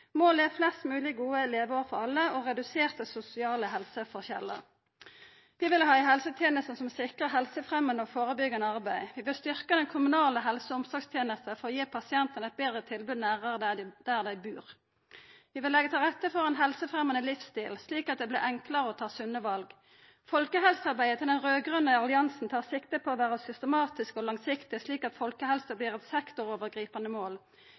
Målet er flest mogleg gode leveår for alle og reduserte sosiale helseforskjellar. Vi vil ha ei helseteneste som sikrar helsefremjande og førebyggjande arbeid. Vi vil styrkja den kommunale helse- og omsorgstenesta for å gi pasientane eit betre tilbod nærare der dei bur. Vi vil leggja til rette for ein helsefremjande livsstil, slik at det vert enklare å ta sunne val. Folkehelsearbeidet til den raud-grøne alliansen tar sikte på å vera systematisk og langsiktig, slik at folkehelse vert eit sektorovergripande mål.